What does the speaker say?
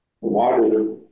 water